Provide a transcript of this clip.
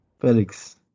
Felix